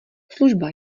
služba